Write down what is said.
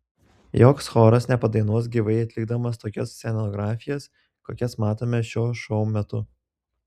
joks choras nepadainuos gyvai atlikdamas tokias scenografijas kokias matome šio šou metu